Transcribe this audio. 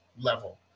level